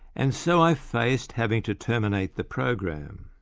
and so i faced having to terminate the program.